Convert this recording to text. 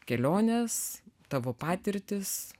keliones tavo patirtis